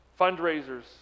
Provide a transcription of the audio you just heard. fundraisers